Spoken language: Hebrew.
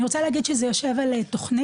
אני רוצה להגיד שזה יושב על תוכנית,